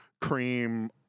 cream